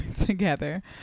together